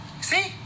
see